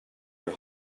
your